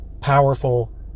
powerful